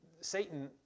Satan